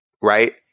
right